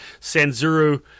Sanzuru